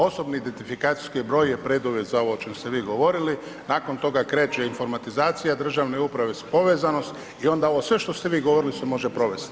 Osobni identifikaciji broj je preduvjet za ovo o čemu ste vi govorili, nakon toga kreće informatizacija državne uprave, povezanost i onda ovo sve što ste vi govorili se može provesti.